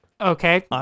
Okay